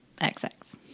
XX